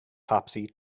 topsy